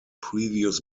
previous